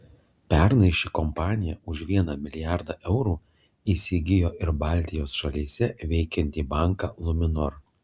pernai ši kompanija už vieną milijardą eurų įsigijo ir baltijos šalyse veikiantį banką luminor